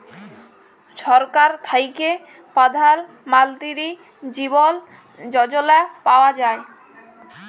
ছরকার থ্যাইকে পধাল মলতিরি জীবল যজলা পাউয়া যায়